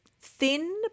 thin